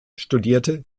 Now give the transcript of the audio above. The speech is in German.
studierte